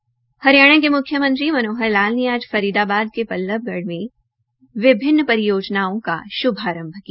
हरियाणा के मुख्यमंत्री श्री मनोहर लाल ने आज फरीदाबाद के बल्लभगढ में विभिन्न परियोजनाओं का भाुभारंभ किया